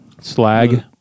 Slag